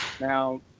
Now